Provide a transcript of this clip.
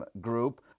Group